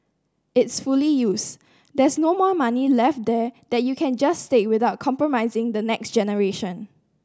it's fully used there's no more money left there that you can just take without compromising the next generation